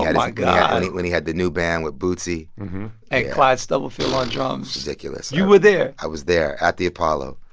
my god. when he had the new band with bootsy and clyde stubblefield on drums ridiculous you were there? i was there at the apollo.